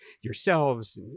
yourselves